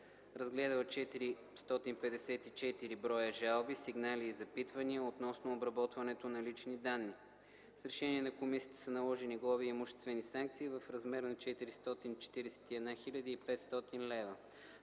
разгледала 454 броя жалби, сигнали и запитвания относно обработването на лични данни. С решение на Комисията са наложени глоби и имуществени санкции в размер на 441 500 лв.